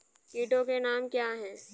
कीटों के नाम क्या हैं?